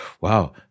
wow